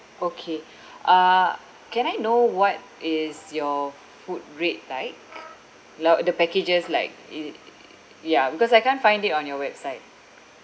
okay uh can I know what is your food rate like lou~ the packages like is it ya because I can't find it on your website